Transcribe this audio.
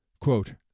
Quote